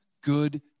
good